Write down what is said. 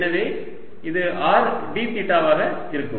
எனவே இது r d theta ஆக இருக்கும்